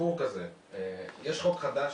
הסיפור הוא כזה, יש חוק חדש